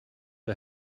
not